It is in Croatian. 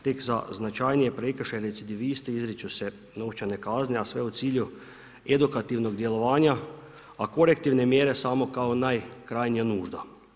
Tek za značajnije prekršaje recidivisti izriču se novčane kazne, a sve u cilju edukativnog djelovanja, a korektivne mjere samo kao najkrajnja nužda.